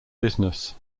business